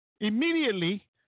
Immediately